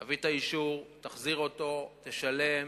תביא את האישור, תחזיר אותו, תשלם,